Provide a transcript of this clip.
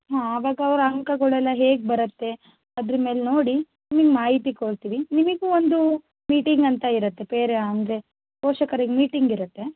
ಹಾಂ ಆವಾಗ ಅವರ ಅಂಕಗಳೆಲ್ಲ ಹೇಗೆ ಬರತ್ತೆ ಅದರ ಮೇಲೆ ನೋಡಿ ನಿಮಗೆ ಮಾಹಿತಿ ಕೊಡ್ತೀವಿ ನಿಮಗೂ ಒಂದು ಮೀಟಿಂಗ್ ಅಂತ ಇರುತ್ತೆ ಪೇರ ಅಂದರೆ ಪೋಷಕರಿಗೆ ಮೀಟಿಂಗ್ ಇರತ್ತೆ